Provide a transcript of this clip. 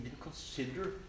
consider